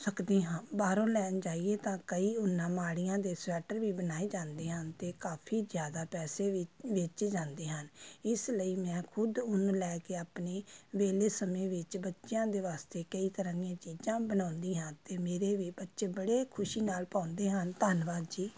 ਸਕਦੇ ਹਾਂ ਬਾਹਰੋਂ ਲੈਣ ਜਾਈਏ ਤਾਂ ਕਈ ਉੱਨਾਂ ਮਾੜੀਆਂ ਦੇ ਸਵੈਟਰ ਵੀ ਬਣਾਏ ਜਾਂਦੇ ਹਨ ਅਤੇ ਕਾਫ਼ੀ ਜ਼ਿਆਦਾ ਪੈਸੇ ਵਿੱਚ ਵੇਚੇ ਜਾਂਦੇ ਹਨ ਇਸ ਲਈ ਮੈਂ ਖੁਦ ਉੱਨ ਲੈ ਕੇ ਆਪਣੇ ਵਿਹਲੇ ਸਮੇਂ ਵਿੱਚ ਬੱਚਿਆਂ ਦੇ ਵਾਸਤੇ ਕਈ ਤਰ੍ਹਾਂ ਦੀਆਂ ਚੀਜ਼ਾਂ ਬਣਾਉਂਦੀ ਹਾਂ ਅਤੇ ਮੇਰੇ ਵੀ ਬੱਚੇ ਬੜੇ ਖੁਸ਼ੀ ਨਾਲ ਪਾਉਂਦੇ ਹਨ ਧੰਨਵਾਦ ਜੀ